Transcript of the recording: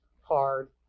hard